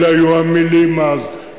אלו היו המלים אז.